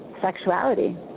sexuality